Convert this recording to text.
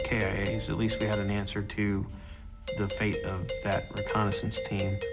kias. at least we had an answer to the fate of that reconnaissance team.